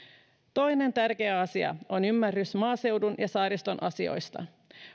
toinen tärkeä asia on ymmärrys maaseudun ja saariston asioista